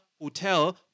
hotel